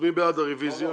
מי בעד הרביזיה?